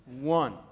one